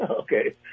Okay